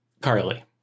Carly